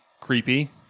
creepy